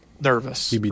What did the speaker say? nervous